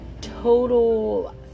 total